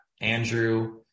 Andrew